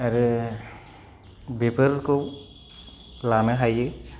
आरो बेफोरखौ लानो हायो